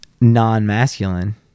non-masculine